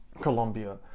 Colombia